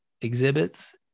exhibits